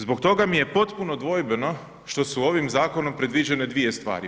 Zbog toga mi je potpuno dvojbeno što su ovim zakonom predviđene dvije stvari.